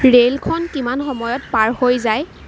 ৰে'লখন কিমান সময়ত পাৰ হৈ যায়